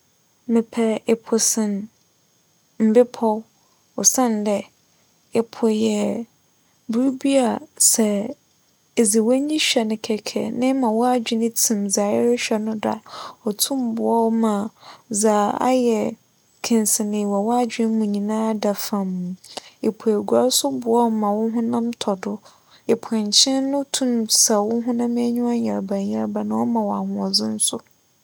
Mepɛ epo sen mbepͻw osiandɛ epo yɛ biribi a sɛ edze w'enyi hwɛ no kɛkɛ na ema w'adwen tsim dza erohwɛ no do a otum boa wo ma dza ayɛ kensenee wͻ w'adwen mu nyinaa da fͻmm. Epo eguar so boa wo ma wo honam tͻ do. Epo nkyen no tum sa wo honam enyiwa nyarbanyarba na ͻma wo ahoͻdzen so.